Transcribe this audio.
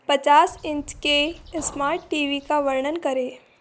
पचास इंच के smart TV का वर्णन करें